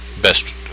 best